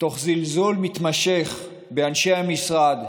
תוך זלזול מתמשך באנשי המשרד,